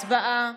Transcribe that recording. הצבעה.